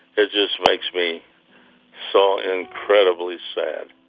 it just makes me so incredibly sad